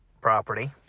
property